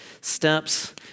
steps